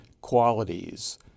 qualities